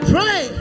Pray